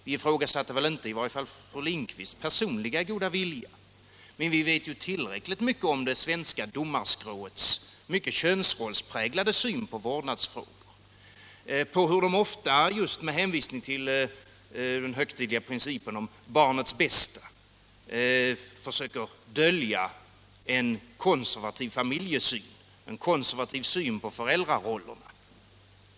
Vi ifrågasatte inte den goda viljan hos fru Lindquist personligen. Men vi vet ju att det svenska domarskrået har en mycket könsrollspräglad syn på vårdnadsfrågor. Ofta försöker man med hänvisning just till den högtidliga principen om barnets bästa dölja en konservativ familjesyn, en konservativ syn på föräldrarollerna.